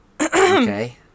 Okay